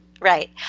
Right